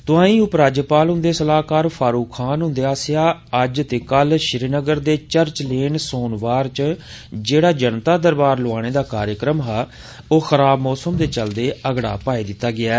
तोआईं उपराज्यपाल हुंदे सलाहकार फारूक खान हुंदे आसेआ अज्ज ते कल श्रीनगर दे चर्च लेन सोनवार च जेह्ड़ा जनता दरबार लोआने दा कार्यक्रम हा ओह खराब मौसम दे चलदे अगड़ा पाई दित्ता गेआ ऐ